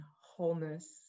wholeness